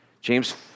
James